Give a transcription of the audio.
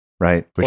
right